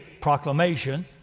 proclamation